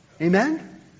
Amen